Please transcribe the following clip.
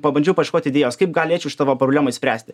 pabandžiau paieškot idėjos kaip galėčiau šitą va problemą išspręsti